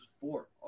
four